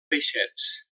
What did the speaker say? peixets